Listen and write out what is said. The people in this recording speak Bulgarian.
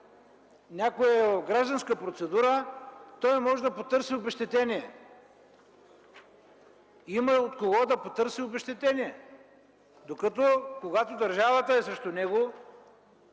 някой е в гражданска процедура, той може да потърси обезщетение. Има от кого да потърси обезщетение, докато, когато държавата е срещу него,